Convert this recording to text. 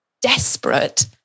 desperate